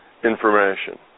Information